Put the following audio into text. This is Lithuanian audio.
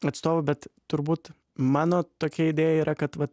atstovu bet turbūt mano tokia idėja yra kad vat